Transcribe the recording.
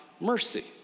mercy